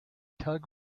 tug